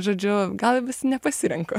žodžiu gal vis nepasirenku